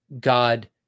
God